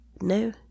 No